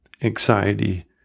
anxiety